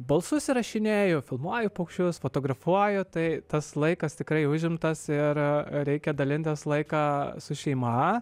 balsus įrašinėju filmuoju paukščius fotografuoju tai tas laikas tikrai užimtas ir reikia dalintis laiką su šeima